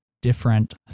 different